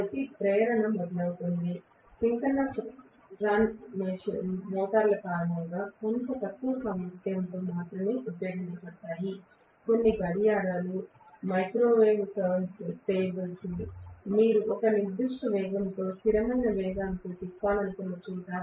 కాబట్టి ప్రేరణ మొదలవుతుంది సింక్రోనస్ రన్ మోటార్లు సాధారణంగా కొంత తక్కువ సామర్థ్యంలో మాత్రమే ఉపయోగించబడతాయి కొన్ని గడియారాలు మైక్రోవేవ్ టర్న్ టేబుల్స్ మీరు ఒక నిర్దిష్ట వేగంతో స్థిరమైన వేగంతో తిప్పాలనుకున్న చోట